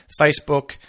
Facebook